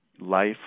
life